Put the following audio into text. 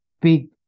big